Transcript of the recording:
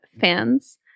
fans